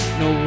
no